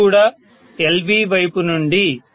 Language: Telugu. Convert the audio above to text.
ఇది కూడా LV వైపు నుండి